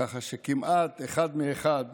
כך שכמעט אחד משניים